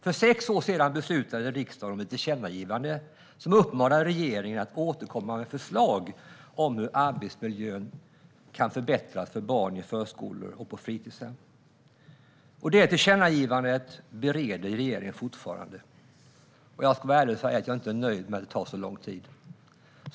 För sex år sedan beslutade riksdagen om ett tillkännagivande som uppmanade regeringen att återkomma med förslag om hur arbetsmiljön kan förbättras för barn i förskolor och på fritidshem. Detta tillkännagivande bereder regeringen fortfarande. Jag är inte nöjd med att det tar så lång tid.